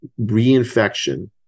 reinfection